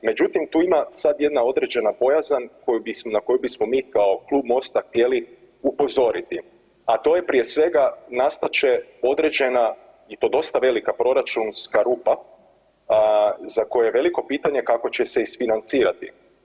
Međutim, tu ima sad jedna određena bojazan koju bismo, na koju bismo mi kao Klub MOST-a htjeli upozoriti, a to je prije svega nastat će određena i to dosta velika proračunska rupa za koje je veliko pitanje kako će se isfinancirati.